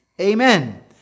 amen